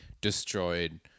destroyed